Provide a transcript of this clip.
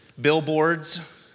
Billboards